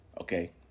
Okay